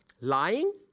lying